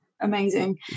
amazing